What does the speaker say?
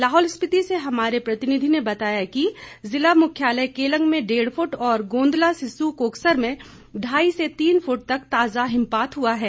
लाहौल स्पीति से हमारे प्रतिनिधि ने बताया कि जिला मुख्यालय केलंग में डेढ़ फुट और गोंदला सिस्सू कोकसर में ढाई से तीन फुट तक ताजा हिमपात हुआ है